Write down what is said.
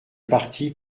partis